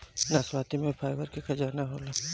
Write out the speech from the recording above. नाशपाती में फाइबर के खजाना होला